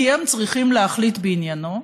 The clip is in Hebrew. כי הם צריכים להחליט בעניינו,